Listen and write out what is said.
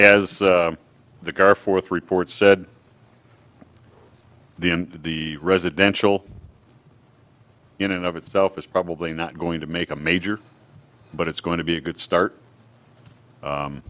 as the car fourth report said the in the residential unit of itself is probably not going to make a major but it's going to be a good start